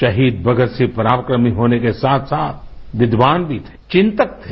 शहीद भगतसिंह पराक्रमी होने को साथ साथ विद्वान भी थे चिन्तक थे